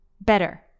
Better